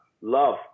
love